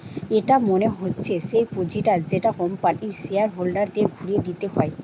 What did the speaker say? এটা মনে হচ্ছে সেই পুঁজিটা যেটা কোম্পানির শেয়ার হোল্ডারদের ঘুরে দিতে হয়